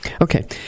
okay